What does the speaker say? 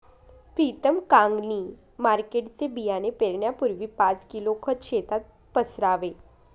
प्रीतम कांगणी मार्केटचे बियाणे पेरण्यापूर्वी पाच किलो खत शेतात पसरावे